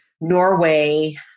Norway